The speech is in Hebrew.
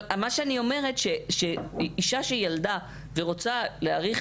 אני אומרת שאישה שילדה ורוצה להאריך